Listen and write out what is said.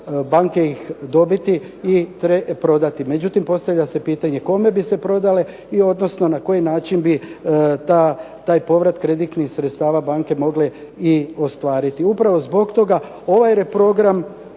i prodati. Međutim, postavlja se pitanje kome bi se prodale i odnosno na koji način bi taj povrat kreditnim sredstava banke mogle i ostvariti. Upravo zbog toga mislim